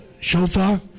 shofar